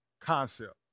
concept